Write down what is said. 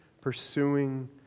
pursuing